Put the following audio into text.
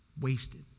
wasted